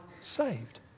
saved